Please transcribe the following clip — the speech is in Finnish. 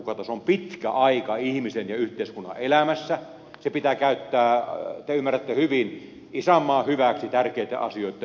se on pitkä aika ihmisen ja yhteiskunnan elämässä se pitää käyttää te ymmärrätte hyvin isänmaan hyväksi tärkeitten asioitten puolesta